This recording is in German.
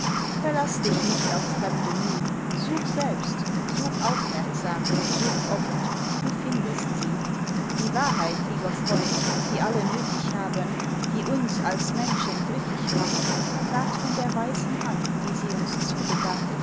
verlaß dich nicht auf fremde müh such selbst such aufmerksam such oft du findest sie die wahrheit lieber freund die alle nötig haben die uns als menschen glücklich macht ward von der weisen hand die sie uns zugedacht